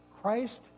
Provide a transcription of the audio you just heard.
Christ